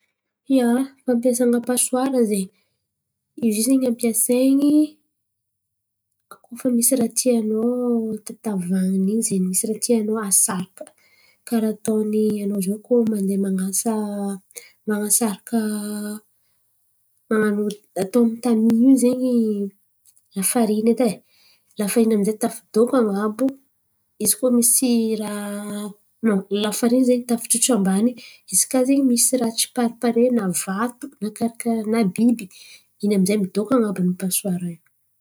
Ia, fampiasan̈a pasoara zen̈y izy io zen̈y ampiasainy koa fa misy raha tianô tavan̈iny in̈y. Misy raha tianô asaraka karà ataony anô zio koa mandeha man̈asaraka man̈asaraka man̈ano atô amy tamỳ io zen̈y lafariny edy e. Lafariny io zen̈y tafy idoko an̈abo izy koa lafariny in̈y ze tafy ijotso ambany izy kà zen̈y misy raha tsy parepare na vato na biby in̈y amizay ze midoko an̈abon’ny pasoara io.